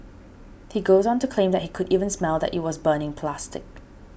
he goes on to claim that he could even smell that it was burning plastic